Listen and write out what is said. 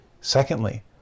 Secondly